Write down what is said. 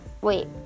wait